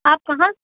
آپ کہاں